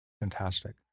Fantastic